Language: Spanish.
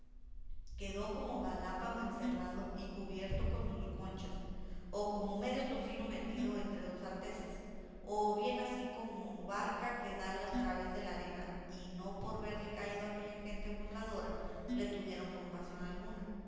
quedó como galápago encerrado y cubierto con sus conchas o como medio tocino metido entre dos artesas o bien así como barca que da al través en la arena y no por verle caído aquella gente burladora le tuvieron compasión alguna